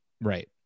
right